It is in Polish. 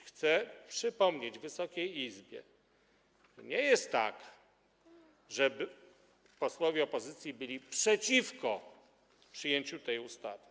Chcę przypomnieć Wysokiej Izbie: To nie jest tak, że posłowie opozycji byli przeciwko przyjęciu tej ustawy.